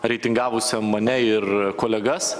reitingavusiam mane ir kolegas